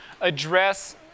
address